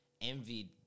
envied